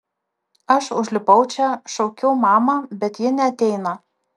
aš užlipau čia šaukiau mamą bet ji neateina